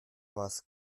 was